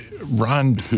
Ron